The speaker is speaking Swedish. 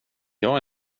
jag